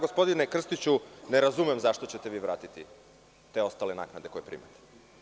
Gospodine Krstiću, ja ne razumem zašto ćete vi vratiti te ostale naknade koje primate.